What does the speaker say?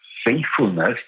faithfulness